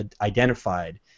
identified